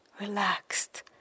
relaxed